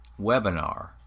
webinar